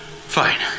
Fine